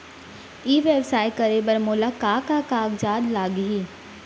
ई व्यवसाय करे बर मोला का का कागजात लागही?